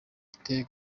afite